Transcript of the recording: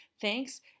Thanks